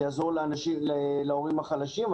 שיעזור להורים החלשים.